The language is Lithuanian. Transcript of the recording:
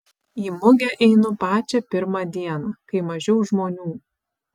į mugę einu pačią pirmą dieną kai mažiau žmonių